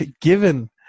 given